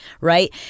right